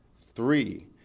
Three